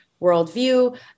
worldview